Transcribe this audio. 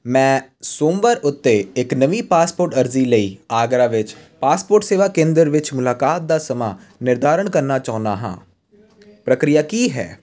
ਮੈਂ ਸੋਮਵਾਰ ਉੱਤੇ ਇੱਕ ਨਵੀਂ ਪਾਸਪੋਰਟ ਅਰਜ਼ੀ ਲਈ ਆਗਰਾ ਵਿੱਚ ਪਾਸਪੋਰਟ ਸੇਵਾ ਕੇਂਦਰ ਵਿੱਚ ਮੁਲਾਕਾਤ ਦਾ ਸਮਾਂ ਨਿਰਧਾਰਨ ਕਰਨਾ ਚਾਹੁੰਦਾ ਹਾਂ ਪ੍ਰਕਿਰਿਆ ਕੀ ਹੈ